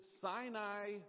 Sinai